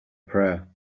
prayer